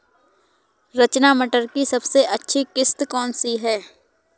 रचना मटर की सबसे अच्छी किश्त कौन सी है?